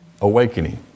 awakening